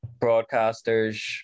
broadcasters